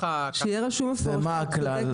ומה הכלל?